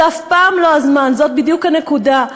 זה אף פעם לא הזמן, זאת בדיוק הנקודה.